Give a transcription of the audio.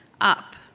Up